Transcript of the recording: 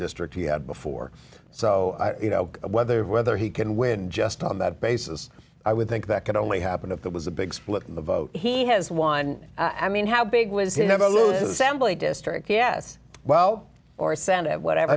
district he had before so you know whether whether he can win just on that basis i would think that could only happen if there was a big split the vote he has won i mean how big was he never lose assembly district yes well or senate whatever